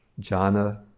jhana